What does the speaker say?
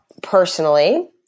Personally